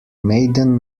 maiden